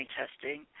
testing